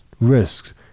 risks